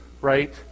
right